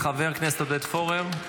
חבר הכנסת עודד פורר,